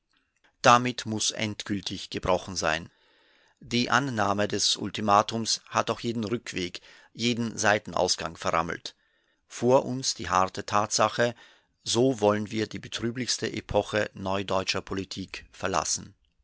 damit muß endgültig gebrochen sein die annahme des ultimatums hat auch jeden rückweg jeden seitenausgang verrammelt vor uns die harte tatsache so wollen wir die betrüblichste epoche neudeutscher politik verlassen